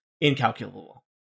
incalculable